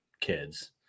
kids